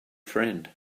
friend